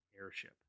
airship